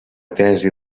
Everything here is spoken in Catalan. tesi